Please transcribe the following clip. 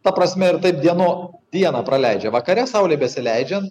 ta prasme ir taip dienom dieną praleidžia vakare saulei besileidžiant